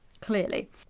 clearly